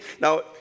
Now